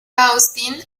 austin